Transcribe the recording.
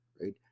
right